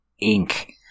ink